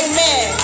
Amen